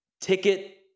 ticket